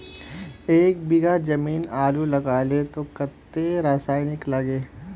एक बीघा जमीन आलू लगाले तो कतेक रासायनिक लगे?